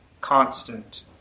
constant